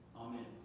Amen